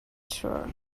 sure